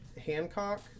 Hancock